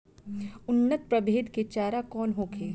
उन्नत प्रभेद के चारा कौन होखे?